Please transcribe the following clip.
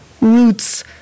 Roots